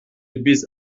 bise